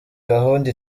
gahunda